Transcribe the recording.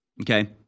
Okay